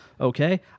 Okay